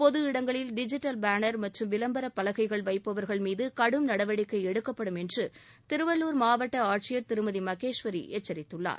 பொது இடங்களில் digital banner மற்றும் விளம்பர பலகைகள் வைப்பவர்கள் மீது கடும் நடவடிக்கை எடுக்கப்படும் என்று திருவள்ளுர் மாவட்ட ஆட்சியர் திருமதி மகேஸ்வரி எச்சரித்துள்ளார்